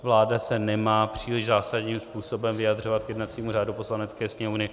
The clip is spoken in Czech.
Vláda se nemá příliš zásadním způsobem vyjadřovat k jednacímu řádu Poslanecké sněmovny.